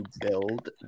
build